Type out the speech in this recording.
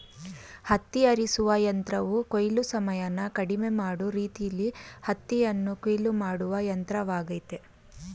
ಹತ್ತಿ ಆರಿಸುವ ಯಂತ್ರವು ಕೊಯ್ಲು ಸಮಯನ ಕಡಿಮೆ ಮಾಡೋ ರೀತಿಲೀ ಹತ್ತಿಯನ್ನು ಕೊಯ್ಲು ಮಾಡುವ ಯಂತ್ರವಾಗಯ್ತೆ